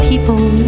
People